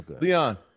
Leon